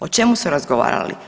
O čemu su razgovarali?